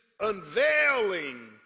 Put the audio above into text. unveiling